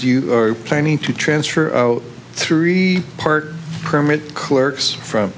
you are planning to transfer three part permit clerks from